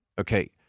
Okay